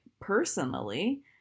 personally